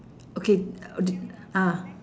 okay ah